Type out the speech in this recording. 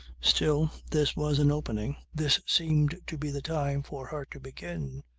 still this was an opening. this seemed to be the time for her to begin.